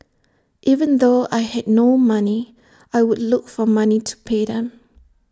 even though I had no money I would look for money to pay them